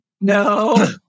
No